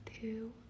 Two